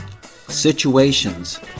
situations